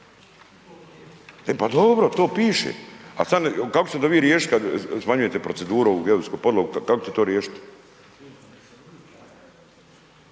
pa dobro, to piše, al kako će te vi onda riješit kad smanjujete proceduru ovu geodetsku podlogu, kako će te to riješit?